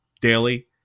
daily